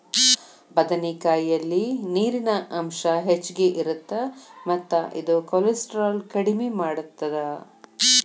ಬದನೆಕಾಯಲ್ಲಿ ನೇರಿನ ಅಂಶ ಹೆಚ್ಚಗಿ ಇರುತ್ತ ಮತ್ತ ಇದು ಕೋಲೆಸ್ಟ್ರಾಲ್ ಕಡಿಮಿ ಮಾಡತ್ತದ